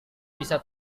bisa